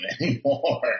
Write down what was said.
anymore